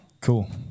cool